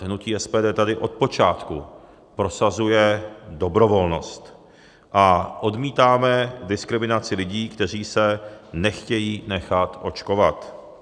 Hnutí SPD tady od počátku prosazuje dobrovolnost a odmítáme diskriminaci lidí, kteří se nechtějí nechat očkovat.